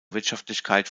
wirtschaftlichkeit